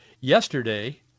yesterday